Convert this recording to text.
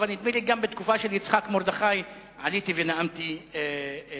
אבל נדמה לי שגם בתקופה של יצחק מרדכי עליתי ונאמתי כאן.